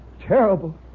Terrible